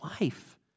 life